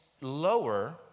lower